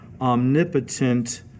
omnipotent